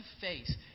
face